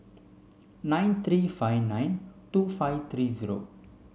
nine three five nine two five three zero